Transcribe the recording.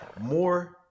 more